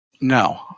No